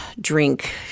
Drink